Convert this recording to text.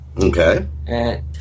Okay